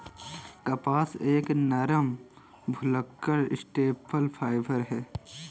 कपास एक नरम, भुलक्कड़ स्टेपल फाइबर है